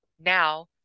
now